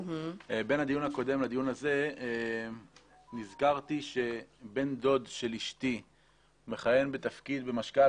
בין הדיון הקודם לדיון הזה נזכרתי שבן דוד של אשתי מכהן בתפקיד במשכ"ל,